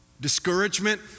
discouragement